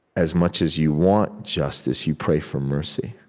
as much as you want justice, you pray for mercy.